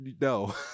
No